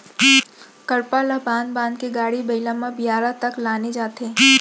करपा ल बांध बांध के गाड़ी बइला म बियारा तक लाने जाथे